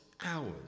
hours